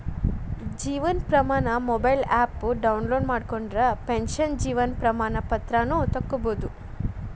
Jeevan Pramaan mobile app download ಮಾಡ್ಕೊಂಡ್ರ pension Jeevan Pramaan ಪತ್ರಾನ ತೊಕ್ಕೊಬೋದು